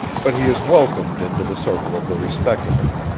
but he is welcomed into the circle of the respectable.